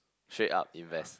straight up invest